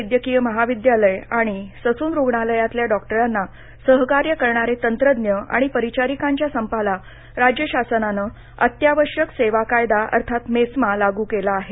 वैद्यकीय महाविद्यालय आणि ससून रुग्णालयातल्या डॉक्टरांना सहकार्य करणारे तंत्रज्ञ आणि परिचारिकांच्या संपाला राज्य शासनानं अत्यावश्यक सेवा कायदा अर्थात मेस्मा लागू केला आहे